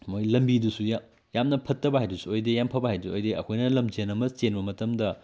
ꯃꯣꯏ ꯂꯝꯕꯤꯗꯨꯁꯨ ꯌꯥꯝꯅ ꯐꯠꯇꯕ ꯍꯥꯏꯗꯨꯁꯨ ꯑꯣꯏꯗꯦ ꯌꯥꯝ ꯐꯕ ꯍꯥꯏꯗꯨꯁꯨ ꯑꯣꯏꯗꯦ ꯑꯩꯈꯣꯏꯅ ꯂꯝꯖꯦꯜ ꯑꯃ ꯆꯦꯟꯕ ꯃꯇꯝꯗ